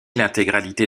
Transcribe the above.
l’intégralité